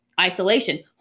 Isolation